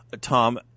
tom